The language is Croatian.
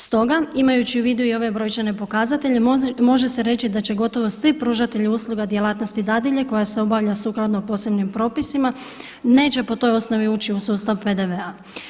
Stoga imajući u vidu i ove brojčane pokazatelje može se reći da će gotovo svi pružatelji usluga djelatnosti dadilje koja se obavlja sukladno posebnim propisima neće po toj osnovi ući u sustav PDV-a.